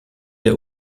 der